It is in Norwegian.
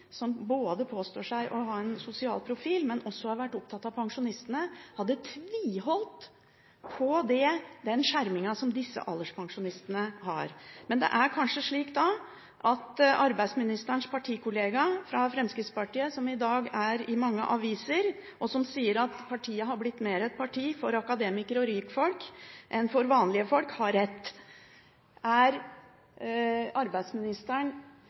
som påstår å ha en sosial profil, men som også har vært opptatt av pensjonistene, hadde tviholdt på den skjermingen som disse alderspensjonistene har. Men det er kanskje slik at arbeidsministerens partikollega fra Fremskrittspartiet, som i dag er i mange aviser og sier at partiet har blitt et parti mer for akademikere og rikfolk enn for vanlige folk, har rett. Ser arbeidsministeren